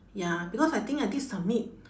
ya because I think I did submit